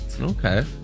Okay